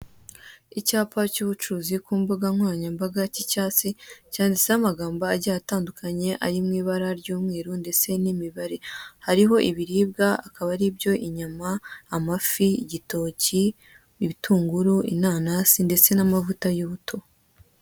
Icyapa cy'ubucuruzi kumbugankoranyambaga cy'icyatsi cyanditseho amagambo agiye atandukanye arimwibara ry'umweru ndetse nimibare, hariho ibiribwa akaba aribyo inyama, amafi, igitoki, ibitunguru, inanasi ndetse namavuta yubuto.